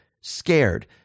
scared